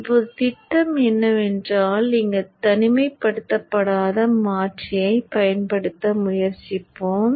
இப்போது திட்டம் என்னவென்றால் இங்கு தனிமைப்படுத்தப்படாத மாற்றியைப் பயன்படுத்த முயற்சிப்போம்